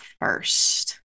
first